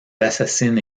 assassine